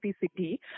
city